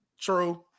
True